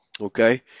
okay